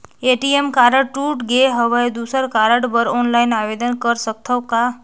ATM card टूट गे हववं दुसर कारड बर ऑनलाइन आवेदन कर सकथव का?